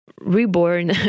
reborn